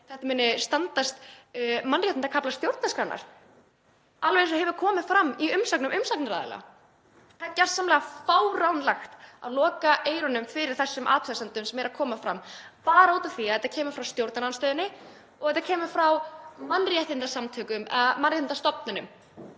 þetta muni standast mannréttindakafla stjórnarskrárinnar, alveg eins og hefur komið fram í umsögnum umsagnaraðila. Það er gjörsamlega fáránlegt að loka eyrunum fyrir þessum athugasemdum sem eru að koma fram, bara út af því að þetta kemur frá stjórnarandstöðunni og þetta kemur frá mannréttindastofnunum.